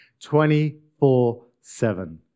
24-7